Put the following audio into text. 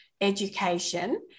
education